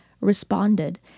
responded